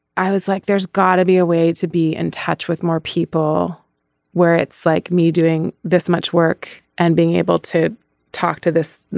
i was like there's gotta be a way to be in touch with more people where it's like me doing this much work and being able to talk to this